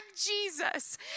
Jesus